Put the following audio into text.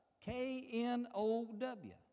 K-N-O-W